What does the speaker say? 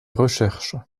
recherche